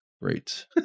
Great